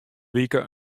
wike